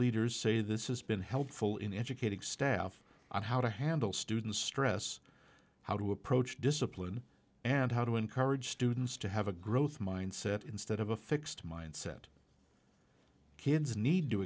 leaders say this is been helpful in educating staff on how to handle student stress how to approach discipline and how to encourage students to have a growth mindset instead of a fixed mindset kids need